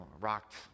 rocked